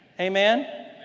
Amen